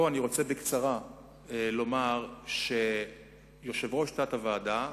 אני רוצה בקצרה לומר שיושב ראש התת-ועדה,